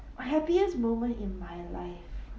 the happiest moment in my life